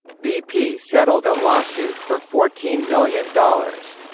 bp settled a lawsuit for fourteen million dollars.